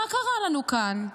מה קרה לנו כאן,